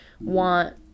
want